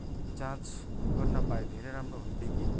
जाँच गर्न पाए धेरै राम्रो हुन्थ्यो कि